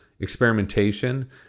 experimentation